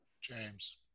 James